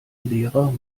lehrer